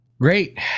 Great